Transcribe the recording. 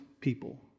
people